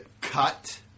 cut